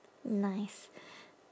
nice